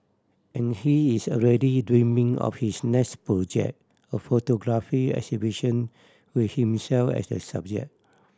and he is already dreaming of his next project a photography exhibition with himself as the subject